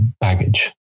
baggage